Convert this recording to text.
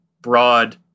broad